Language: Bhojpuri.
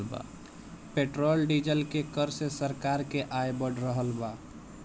पेट्रोल डीजल के कर से सरकार के आय बढ़ रहल बा